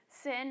sin